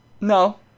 No